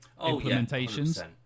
implementations